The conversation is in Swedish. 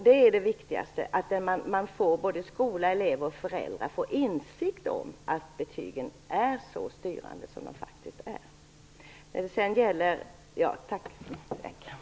Det är det viktigaste, att skola, elever och föräldrar får en insikt om att betygen är så styrande som de faktiskt är.